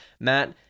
Matt